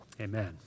Amen